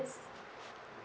that's